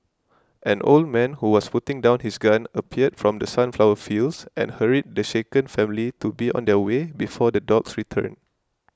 an old man who was putting down his gun appeared from the sunflower fields and hurried the shaken family to be on their way before the dogs returning